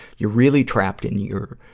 you're really trapped in your,